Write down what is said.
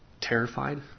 terrified